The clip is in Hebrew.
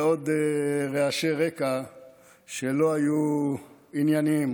ועוד רעשי רקע שלא היו ענייניים.